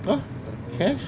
ah cash